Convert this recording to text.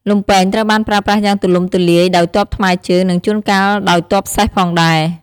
លំពែងត្រូវបានប្រើប្រាស់យ៉ាងទូលំទូលាយដោយទ័ពថ្មើរជើង និងជួនកាលដោយទ័ពសេះផងដែរ។